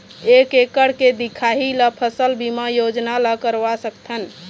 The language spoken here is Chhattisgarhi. एक एकड़ के दिखाही ला फसल बीमा योजना ला करवा सकथन?